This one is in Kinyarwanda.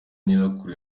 nyirakuru